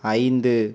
ஐந்து